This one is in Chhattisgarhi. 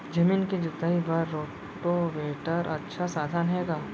जमीन के जुताई बर रोटोवेटर अच्छा साधन हे का?